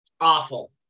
Awful